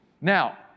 Now